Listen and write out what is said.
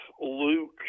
Luke